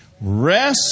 rest